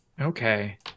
Okay